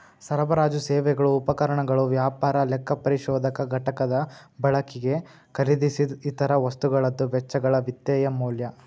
ಸರಬರಾಜು ಸೇವೆಗಳು ಉಪಕರಣಗಳು ವ್ಯಾಪಾರ ಲೆಕ್ಕಪರಿಶೋಧಕ ಘಟಕದ ಬಳಕಿಗೆ ಖರೇದಿಸಿದ್ ಇತರ ವಸ್ತುಗಳದ್ದು ವೆಚ್ಚಗಳ ವಿತ್ತೇಯ ಮೌಲ್ಯ